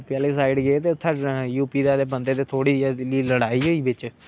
UP आहली side गै उत्थै सू पी दा गै इक बंदे दे थ्रू थोह्ड़ी जेही लड़ाई होई बिच